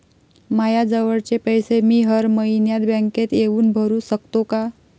मायाजवळचे पैसे मी हर मइन्यात बँकेत येऊन भरू सकतो का?